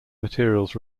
materials